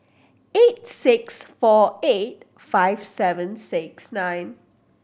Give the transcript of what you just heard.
eight six four eight five seven six nine